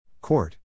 Court